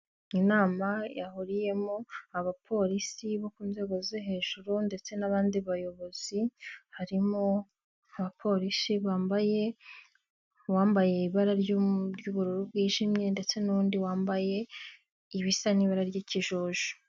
Inama yahuriyemo abapolisi bo ku nzego zo hejuru ndetse n'abandi bayobozi, harimo abapolisi bambaye, uwambaye ibara ry'ubururu bwijimye ndetse n'undi wambaye ibisa n'ibara ry'ikijuju.